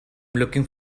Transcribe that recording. looking